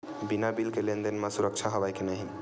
बिना बिल के लेन देन म सुरक्षा हवय के नहीं?